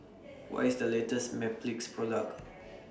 What IS The latest Mepilex Product